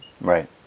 Right